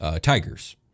tigers